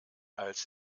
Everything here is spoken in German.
als